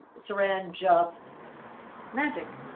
saran just magic,